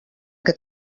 què